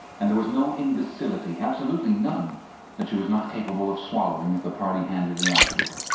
and there was no imbecility, absolutely none that she was not capable of swallowing if the party handed it out to her.